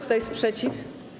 Kto jest przeciw?